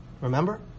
Remember